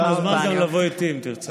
אתה מוזמן גם לבוא איתי, אם תרצה.